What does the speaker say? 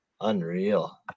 unreal